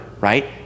right